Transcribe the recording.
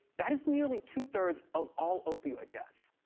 that is nearly two-thirds of all opioid deaths.